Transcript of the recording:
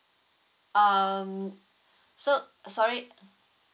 um so sorry